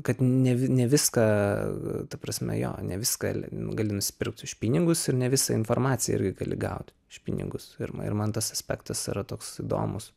kad ne ne viską ta prasme jo ne viską gali nusipirkt už pinigus ir ne visą informaciją irgi gali gaut už pinigus ir ir man aspektas yra toks įdomus